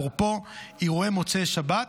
אפרופו אירועי מוצאי שבת,